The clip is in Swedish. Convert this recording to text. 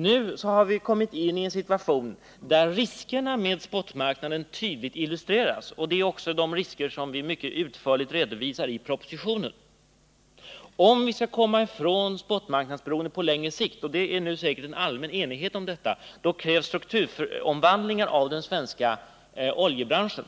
Nu har vi kommit in i en situation där riskerna med spotmarknaden tydligt illustreras, risker som vi mycket utförligt redovisar i propositionen. Om vi skall kunna komma ifrån spotmarknadsberoendet på längre sikt — och härom råder det säkert enighet — krävs en strukturomvandling av den svenska oljebranschen.